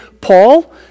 Paul